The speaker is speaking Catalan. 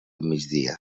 migdia